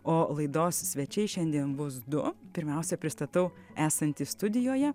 o laidos svečiai šiandien vos du pirmiausia pristatau esantį studijoje